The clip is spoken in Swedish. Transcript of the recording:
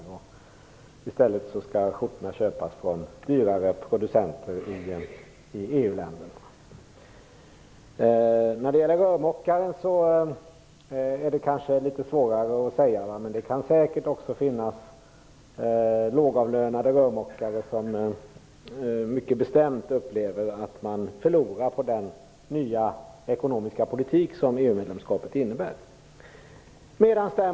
Han måste i stället köpa skjortorna från dyrare producenter i EU-länderna. När det gäller rörmokaren är det litet svårare att säga hur det blir. Men det kan säkert finnas lågavlönade rörmokare som mycket bestämt upplever att de förlorar på den nya ekonomiska politik som EU-medlemskapet innebär.